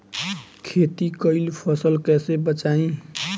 खेती कईल फसल कैसे बचाई?